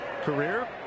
career